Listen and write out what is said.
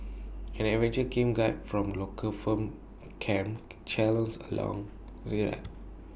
an adventure camp guide from local firm camp challenge along